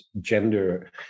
gender